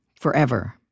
forever